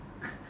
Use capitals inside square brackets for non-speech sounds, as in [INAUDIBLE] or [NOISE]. [LAUGHS]